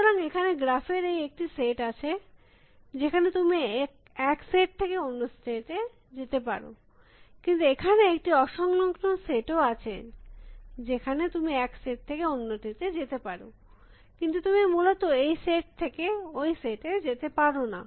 সুতরাং এখানে গ্রাফ এর এই একটি সেট আছে যেখানে তুমি এক set থেকে অন্য সেট এ যেতে পারো কিন্তু এখানে একটি অসংলগ্ন সেট ও আছে যেখানেও তুমি এক সেট থেকে অন্যটিতে যেতে পারো কিন্তু তুমি মূলত এই সেট থেকে ওই সেট এ যেতে পার না